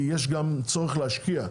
כי יש גם צורך להשקיע,